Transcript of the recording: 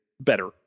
better